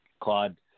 Claude